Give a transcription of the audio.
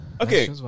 Okay